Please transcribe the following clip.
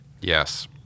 Yes